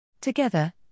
Together